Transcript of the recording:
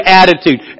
attitude